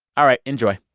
all right, enjoy